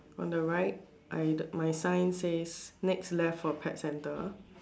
on the right I my sign says next left for pet center